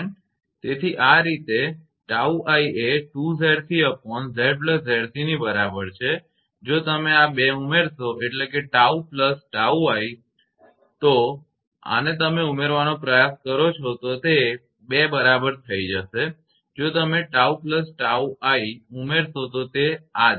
તેથી આ રીતે 𝜏𝑖 એ 2𝑍𝑐𝑍𝑍𝑐 ની બરાબર છે જો તમે આ 2 ઉમેરશો એટલે કે 𝜏 𝜏𝑖 જો તમે આને ઉમેરવાનો પ્રયાસ કરો છો તો તે 2 બરાબર થઈ જશે જો તમે 𝜏 𝜏𝑖 ઉમેરશો તો તે છે